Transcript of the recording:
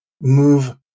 Move